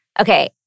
Okay